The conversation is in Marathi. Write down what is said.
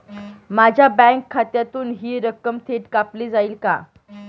माझ्या बँक खात्यातून हि रक्कम थेट कापली जाईल का?